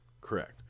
correct